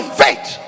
faith